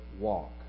walk